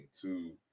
two